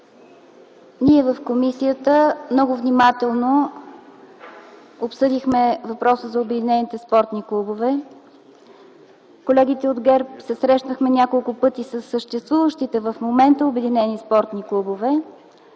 Ние в комисията много внимателно обсъдихме въпроса за Обединените спортни клубове. Колегите от ГЕРБ се срещнахме няколко пъти със съществуващите в момента Обединени спортни клубове.